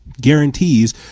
guarantees